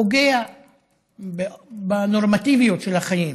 פוגע בנורמטיביות של החיים.